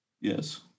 Yes